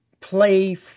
play